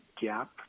gap